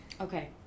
okay